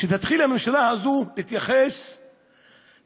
שתתחיל הממשלה הזאת להתייחס לאזרחים